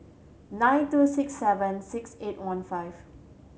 nine two six seven six eight one five